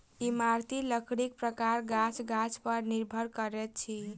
इमारती लकड़ीक प्रकार गाछ गाछ पर निर्भर करैत अछि